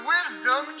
Wisdom